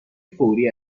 فوری